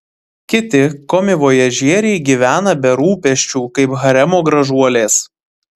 kiti komivojažieriai gyvena be rūpesčių kaip haremo gražuolės